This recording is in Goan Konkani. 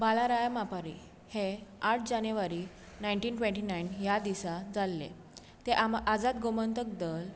बाला राया मापारी हे आठ जानेवारी नायटीन ट्विन्टीनायन ह्या दिसा जाल्ले ते आजाद गोंमतक दल